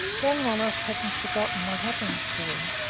young wallace hasn't forgotten what happened to him.